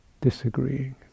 disagreeing